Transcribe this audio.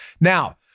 Now